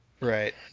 right